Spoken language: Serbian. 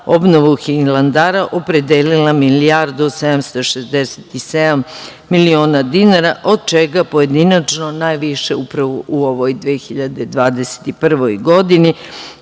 obnovu Hilandara opredelila milijardu i 767 miliona dinara od čega pojedinačno najviše, upravo u ovoj 2021. godini,